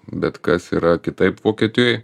bet kas yra kitaip vokietijoj